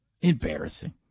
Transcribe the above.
Embarrassing